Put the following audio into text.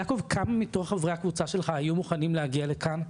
יעקב כמה מתוך חברי הקבוצה שלך היו מוכנים להגיע לכאן?